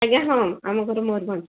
ଆଜ୍ଞା ହଁ ଆମ ଘର ମୟୂରଭଞ୍ଜ